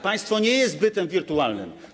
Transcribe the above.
Państwo nie jest bytem wirtualnym.